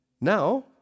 Now